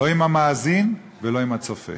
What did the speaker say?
לא עם המאזין ולא עם הצופה.